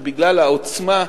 שבגלל העוצמה,